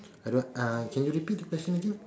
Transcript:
I don't uh can you repeat the question again